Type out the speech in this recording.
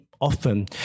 often